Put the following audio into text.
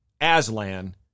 Aslan